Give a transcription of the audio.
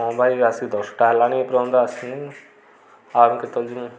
ହଁ ଭାଇ ଆସିକି ଦଶଟା ହେଲାଣି ଏପର୍ଯ୍ୟନ୍ତ ଆସିନି ଆଉ କେତେବେଳ ଯିମୁ